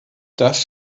das